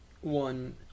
one